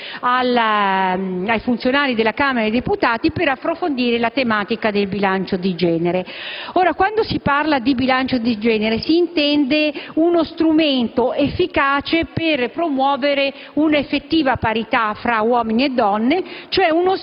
anche ai funzionari della Camera dei deputati, per approfondire la tematica del bilancio di genere. Quando si parla di bilancio di genere si intende uno strumento efficace per promuovere un'effettiva parità fra uomini e donne,